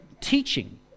teaching